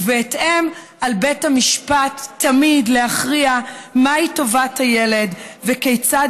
ובהתאם על בית המשפט תמיד להכריע מהי טובת הילד וכיצד